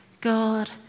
God